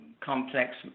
complex